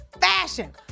fashion